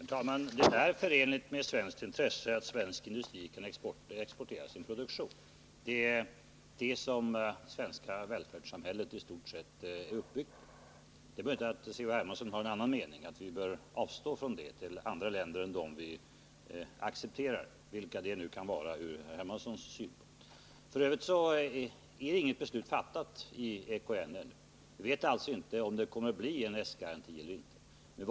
Herr talman! Det är förenligt med svenskt intresse att svensk industri kan exportera sin produktion. Det är detta som det svenska välfärdssamhället i stort sett är uppbyggt på. Det är möjligt att C.-H. Hermansson har en annan mening och att han tycker att vi bör avstå från att bedriva handel med andra länder än sådana som vi accepterar — vilka det nu kan vara enligt C.-H. Hermanssons mening. F. ö. är ännu inte något beslut fattat i EKN. Vi vet alltså inte om det kommer att bli en S-garanti eller inte.